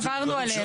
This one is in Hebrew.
עברנו על הדברים.